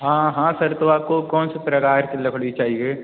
हाँ हाँ सर तो आपको कौन से प्रकार की लकड़ी चाहिए